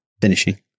finishing